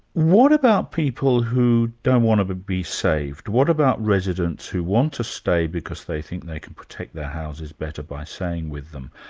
what about people who don't want to be saved? what about residents who want to stay because they think they can protect their houses better by staying with them?